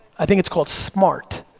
i think it's called smart.